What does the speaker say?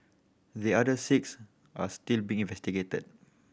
the other six are still being investigated